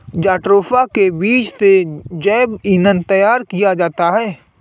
jatropha के बीज से जैव ईंधन तैयार किया जाता है